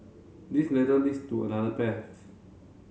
this ladder leads to another path